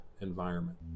environment